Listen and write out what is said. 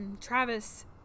Travis